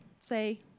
say